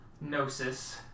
Gnosis